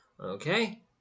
Okay